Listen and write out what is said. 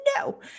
no